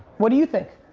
what do you think?